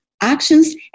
actions